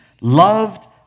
loved